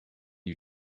you